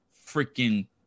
freaking